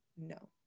no